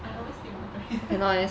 I always sleep on the plane